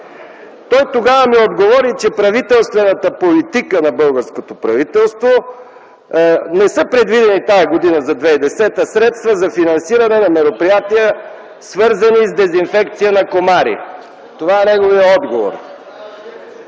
Той тогава ми отговори, че в правителствената политика на българското правителство за 2010 г. не са предвидени средства за финансиране на мероприятия, свързани с дезинфекция на комари. Това е неговият отговор.